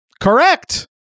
correct